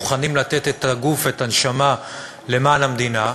מוכנים לתת את הגוף ואת הנשמה למען המדינה,